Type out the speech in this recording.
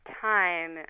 time